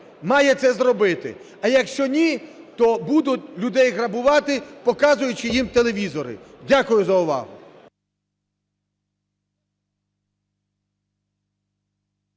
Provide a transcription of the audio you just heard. має це зробити. А якщо ні, то будуть людей грабувати, показуючи їм телевізори. Дякую за увагу.